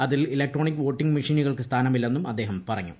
അതിൽ electronic voting മെഷീനുകൾക്ക് സ്ഥാനമില്ലെന്നും അദ്ദേഹം പറഞ്ഞു